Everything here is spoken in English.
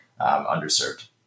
underserved